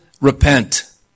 repent